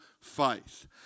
faith